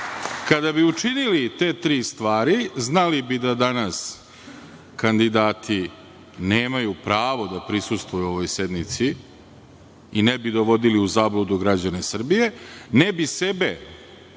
Kada bi učinili te tri stvari znali bi da danas kandidati nemaju pravo da prisustvuju ovoj sednici i ne bi dovodili u zabludu građane Srbije, ne bi sebe